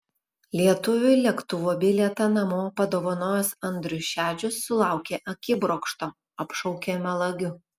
lietuviui lėktuvo bilietą namo padovanojęs andrius šedžius sulaukė akibrokšto apšaukė melagiu